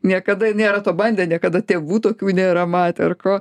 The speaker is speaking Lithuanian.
niekada nėra to bandę niekada tėvų tokių nėra matę ar ko